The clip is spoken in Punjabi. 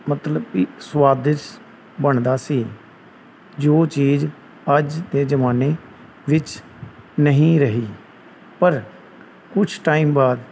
ਮਤਲਬ ਵੀ ਸਵਾਦਿਸ਼ਟ ਬਣਦਾ ਸੀ ਜੋ ਚੀਜ਼ ਅੱਜ ਦੇ ਜਮਾਨੇ ਵਿੱਚ ਨਹੀਂ ਰਹੀ ਪਰ ਕੁਛ ਟਾਈਮ ਬਾਅਦ